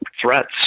threats